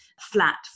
flat